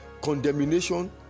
condemnation